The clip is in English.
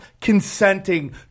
consenting